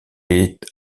est